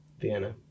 Vienna